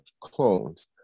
clones